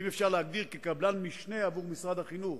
אם אפשר להגדיר, כקבלן משנה עבור משרד החינוך.